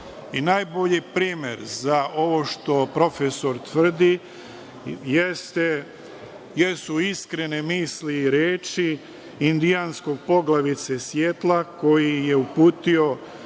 Najbolji primer za ovo što profesor tvrdi, jesu iskrene misli i reči indijanskog poglavice Sjetla, koji je uputio